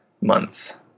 months